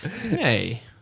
Hey